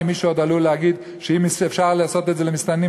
כי מישהו עוד עלול להגיד שאם אפשר לעשות את זה למסתננים,